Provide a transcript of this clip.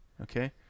Okay